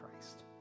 Christ